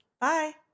Bye